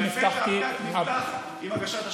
לפתע הפקק נפתח, עם הגשת השאילתה.